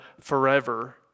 forever